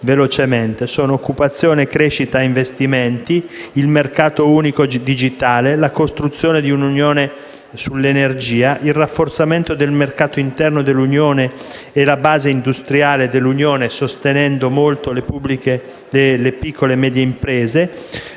occupazione, crescita e investimenti, il mercato unico digitale, la costruzione di un'unione sull'energia, il rafforzamento del mercato interno dell'Unione e la base industriale dell'Unione, sostenendo le piccole e medie imprese,